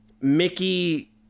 Mickey